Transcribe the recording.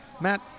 Matt